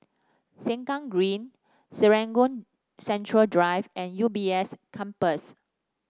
Sengkang Green Serangoon Central Drive and U B S Campus